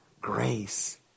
grace